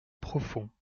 profond